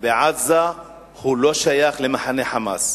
בעזה לא שייך למחנה "חמאס".